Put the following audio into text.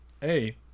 hey